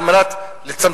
על מנת לשפר תשתיות,